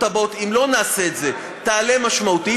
הבאות אם לא נעשה את זה תעלה משמעותית,